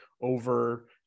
over